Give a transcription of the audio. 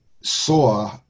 saw